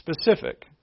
specific